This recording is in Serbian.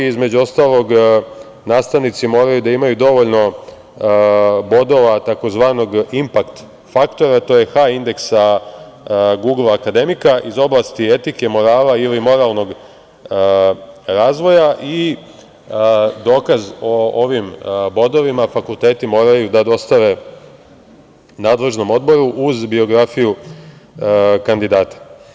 Između ostalog, nastavnici moraju da imaju dovoljno bodova tzv. impakt faktora, a to je H-indeksa „Gugl akademika“ iz oblasti etike, morala ili moralnog razvoja i dokaz o ovim bodovima fakulteti moraju da dostave nadležnom odboru uz biografiju kandidata.